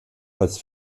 als